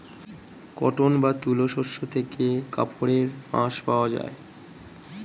cotton বা তুলো শস্য থেকে কাপড়ের আঁশ পাওয়া যায়